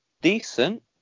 decent